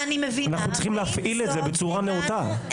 אנחנו צריכים להפעיל את זה בצורה נאותה.